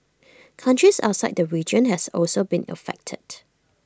countries outside the region has also been affected